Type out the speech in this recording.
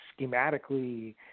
schematically